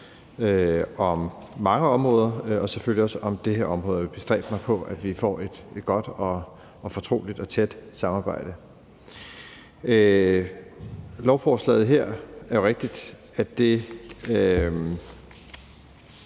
om mange områder og selvfølgelig også om det her område, og jeg vil bestræbe mig på, at vi får et godt og fortroligt og tæt samarbejde. Det er jo rigtigt, at